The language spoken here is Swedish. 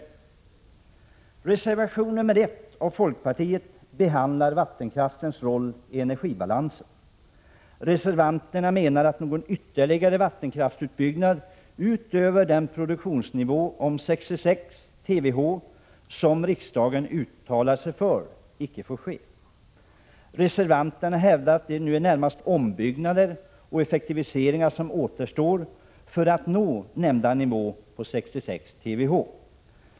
I reservation nr 1 av folkpartiet behandlas vattenkraftens roll i energibalansen. Reservanterna menar att någon ytterligare vattenkraftsutbyggnad utöver den produktionsnivå om 66 TWh som riksdagen uttalat sig för icke får ske. Reservanterna hävdar att det nu är närmast ombyggnader och effektiviseringar som återstår för att nå nämnda nivå på 66 TWh.